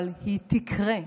אבל היא תקרה.